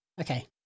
okay